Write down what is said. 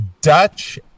Dutch